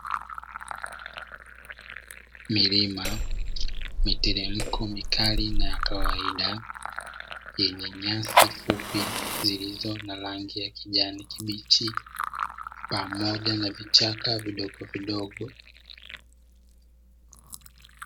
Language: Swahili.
Milima, miteremko mikali na ya kawaida yenye nyasi fupi zilizo na rangi ya kijani kibichi pamoja na vichaka vidogovidogo.